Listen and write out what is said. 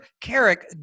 Carrick